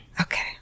Okay